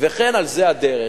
וכן על זה הדרך.